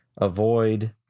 avoid